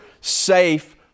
safe